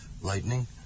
Lightning